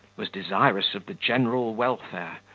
was desirous of the general welfare,